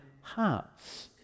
hearts